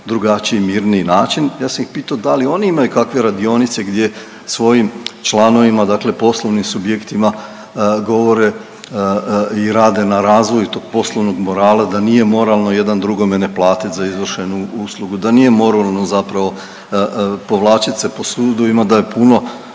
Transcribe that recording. drugačiji mirniji način, ja sam ih pitao da li oni imaju kakve radionice gdje svojim članovima, dakle poslovnim subjektima govore i rade na razvoju tog poslovnog morala da nije moralno jedan drugome neplatit za izvršenu uslugu, da nije moralno zapravo povlačit se po sudovima, da je puno,